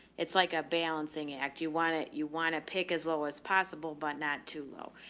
it's like a balancing act. you want it, you want to pick as low as possible but not too low.